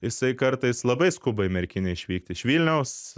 jisai kartais labai skuba į merkinę išvykt iš vilniaus